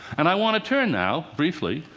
and i want to turn now, briefly,